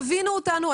תבינו אותנו,